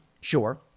Sure